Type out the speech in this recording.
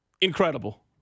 incredible